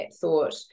thought